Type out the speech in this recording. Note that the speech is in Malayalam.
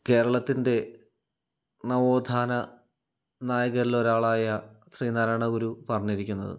കേരളത്തിൻ്റെ നവോത്ഥാന നായകരിലൊരാളായ ശ്രീ നാരായണ ഗുരു പറഞ്ഞിരിക്കുന്നത്